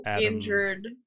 injured